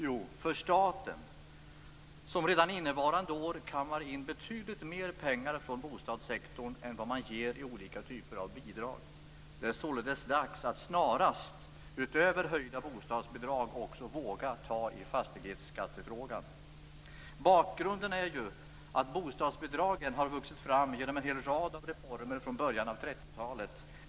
Jo, för staten, som redan innevarande år kammar in betydligt mer pengar från bostadssektorn än vad man ger i olika typer av bidrag. Det är således dags att snarast utöver höjda bostadsbidrag också våga ta itu med fastighetsskattefrågan. Bakgrunden är att bostadsbidragen har vuxit fram genom en hel rad av reformer sedan början av 30 talet.